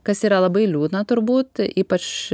kas yra labai liūdna turbūt ypač